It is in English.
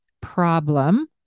problem